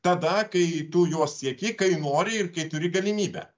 tada kai tu jos sieki kai nori ir kai turi galimybę